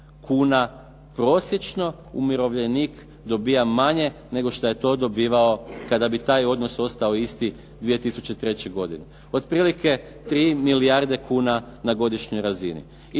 kuna prosječno umirovljenik dobiva manje nego što je to dobivao kada bi taj odnos ostao isti 2003. godine. Otprilike 3 milijarde kuna na godišnjoj razini.